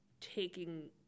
taking